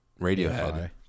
Radiohead